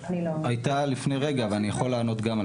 הייתה לפני רגע, ואני יכול לענות גם על